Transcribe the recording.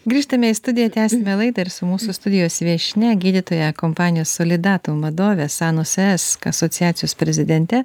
grįžtame į studiją tęsiame laidą ir su mūsų studijos viešnia gydytoja kompanijos solidatum vadove sanus es asociacijos prezidente